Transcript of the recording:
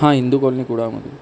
हां हिंदू कॉलनी कुडाळमधून